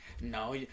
no